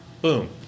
Boom